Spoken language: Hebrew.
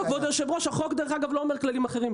כבוד היושב-ראש, החוק לא אומר שיש כללים אחרים.